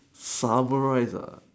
summarize